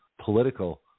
political